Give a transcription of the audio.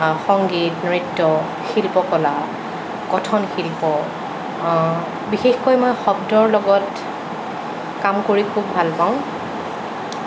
সংগীত নৃত্য শিল্প কলা কথন শিল্প বিশেষকৈ মই শব্দৰ লগত কাম কৰি খুব ভাল পাওঁ